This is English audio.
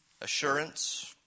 assurance